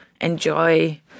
enjoy